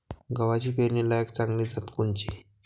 गव्हाची पेरनीलायक चांगली जात कोनची?